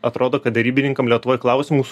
atrodo kad derybininkam lietuvoj klausimus